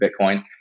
Bitcoin